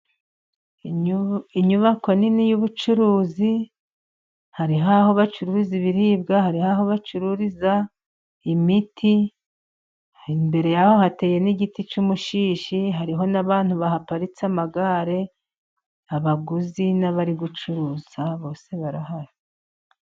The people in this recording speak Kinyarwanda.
Inyubako nini y'ubucuruzi hari aho bacuruza ibiribwa, hari aho bacururiza imiti, imbere yaho hateye n'igiti cy'umushishi, hariho n'abantu bahaparitse amagare, abaguzi n'abari gucuruza bose barahari.